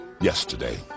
yesterday